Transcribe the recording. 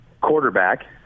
quarterback